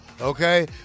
Okay